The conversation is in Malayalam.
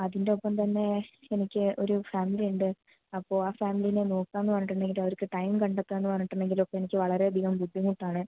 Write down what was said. അതിന്റൊപ്പം തന്നെ എനിക്ക് ഒരു ഫാമിലി ഉണ്ട് അപ്പോൾ ആ ഫാമിലീനെ നോക്കാമെന്ന് പറഞ്ഞിട്ടുണ്ടെങ്കിൽ അവർക്ക് ടൈം കണ്ടെത്തുക എന്നു പറഞ്ഞിട്ടുണ്ടെങ്കിൽ ഒക്കെ എനിക്ക് വളരെ അധികം ബുദ്ധിമുട്ടാണ്